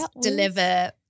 deliver